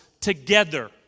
together